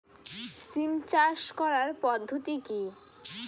সিম চাষ করার পদ্ধতি কী?